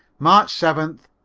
march seventh.